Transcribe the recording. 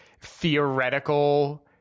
theoretical